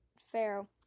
Pharaoh